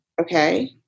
Okay